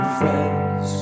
friends